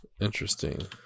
interesting